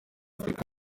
afurika